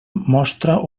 mostra